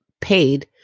paid